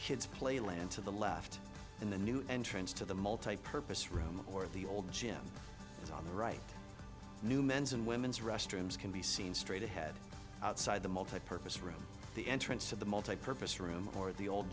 kids play land to the left and the new entrance to the multipurpose room or the old gym on the right new men's and women's restrooms can be seen straight ahead outside the multipurpose room the entrance of the multipurpose room or the old